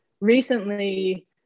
recently